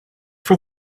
for